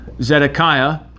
Zedekiah